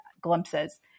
glimpses